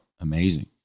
amazing